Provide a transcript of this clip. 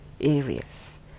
areas